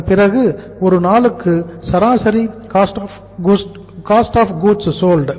அதன் பிறகு ஒரு நாளுக்கு சராசரி காஸ்ட் ஆஃப் கூட்ஸ் சோல்டு